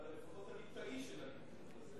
אבל אתה לפחות הליטאי של הליכוד,